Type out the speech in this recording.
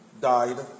died